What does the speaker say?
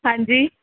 ਹਾਂਜੀ